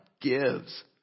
gives